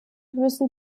müssen